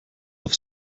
auf